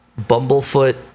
Bumblefoot